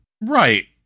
right